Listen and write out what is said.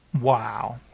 Wow